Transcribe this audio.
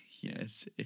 yes